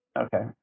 Okay